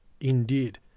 Indeed